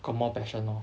got more passion lor